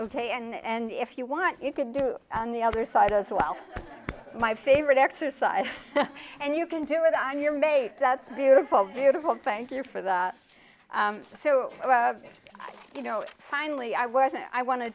ok and if you want you can do on the other side as well my favorite exercise and you can do it on your mate that's beautiful beautiful thank you for that so you know finally i would i want to